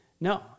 No